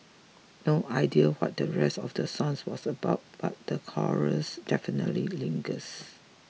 no idea what the rest of the songs was about but the chorus definitely lingers